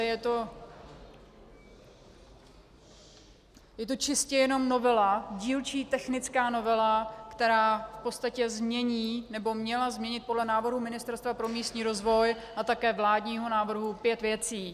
Je to čistě jenom novela, dílčí technická novela, která v podstatě změní, nebo měla změnit podle návrhu Ministerstva pro místní rozvoj a také vládního návrhu, pět věcí.